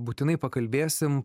būtinai pakalbėsim